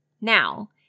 Now